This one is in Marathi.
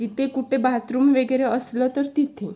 तिथे कुठे बाथरूम वगैरे असलं तर तिथे